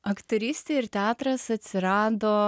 aktorystė ir teatras atsirado